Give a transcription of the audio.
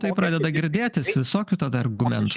tai pradeda girdėtis visokių tada argumentų